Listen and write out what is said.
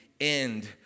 end